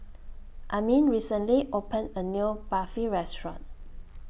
Amin recently opened A New Barfi Restaurant